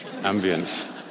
ambience